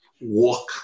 walk